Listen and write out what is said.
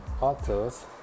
authors